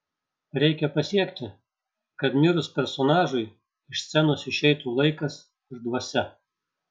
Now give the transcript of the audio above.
reikia pasiekti kad mirus personažui iš scenos išeitų laikas ir dvasia